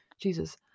Jesus